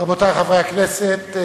רבותי חברי הכנסת,